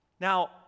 Now